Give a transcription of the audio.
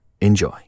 enjoy